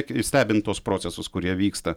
stebint tuos procesus kurie vyksta